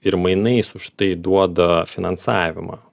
ir mainais už tai duoda finansavimą